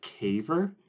Caver